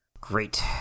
Great